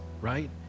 right